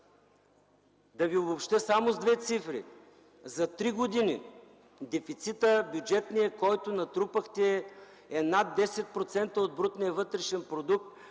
Да обобщя само с две цифри: за три години бюджетният дефицит, който натрупахте, е над 10% от брутния вътрешен продукт.